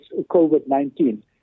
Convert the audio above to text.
COVID-19